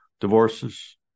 divorces